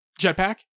Jetpack